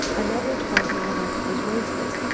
another twenty minutes was wasted.